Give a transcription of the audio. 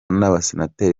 n’abasenateri